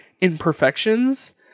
imperfections